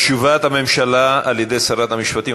תשובת הממשלה, על-ידי שרת המשפטים.